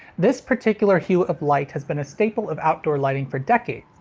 this particular hue of light has been a staple of outdoor lighting for decades,